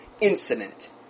incident